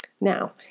Now